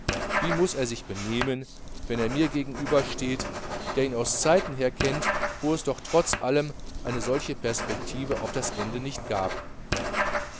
wie muß er sich benehmen wenn er mir gegenüber steht der ihn aus zeiten her kennt wo es trotz allem doch eine solche perspektive auf das ende nicht gab